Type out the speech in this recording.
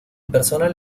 personal